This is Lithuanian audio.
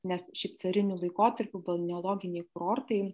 nes šiaip cariniu laikotarpiu balneologiniai kurortai